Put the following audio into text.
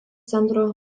centro